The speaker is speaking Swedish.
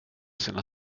sina